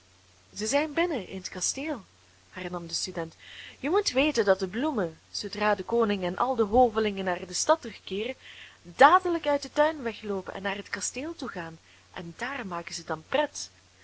ze zijn binnen in t kasteel hernam de student je moet weten dat de bloemen zoodra de koning en al de hovelingen naar de stad terugkeeren dadelijk uit den tuin wegloopen en naar het kasteel toe gaan en daar maken ze dan pret